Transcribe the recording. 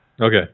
Okay